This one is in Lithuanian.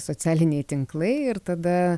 socialiniai tinklai ir tada